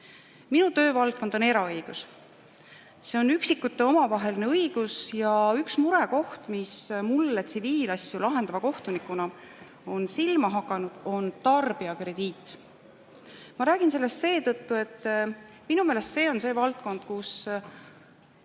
Minu töövaldkond on eraõigus. See on üksik[isikute] omavaheline õigus ja üks murekoht, mis mulle tsiviilasju lahendava kohtunikuna on silma hakanud, on tarbijakrediit. Ma räägin sellest seetõttu, et minu meelest see on valdkond, kus